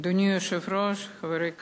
אדוני היושב-ראש, חברי הכנסת,